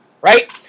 Right